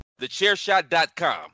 TheChairShot.com